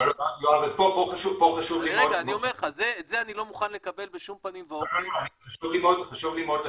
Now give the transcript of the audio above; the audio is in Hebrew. את זה אני לא מוכן לקבל בשום פנים ואופן --- חשוב לי מאוד לחדד.